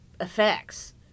effects